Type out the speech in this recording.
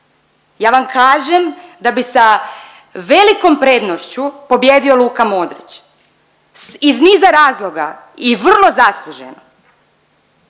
ja vam kažem da bi sa velikom prednošću pobijedio Luka Modrić iz niza razloga i vrlo zasluženo.